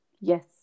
Yes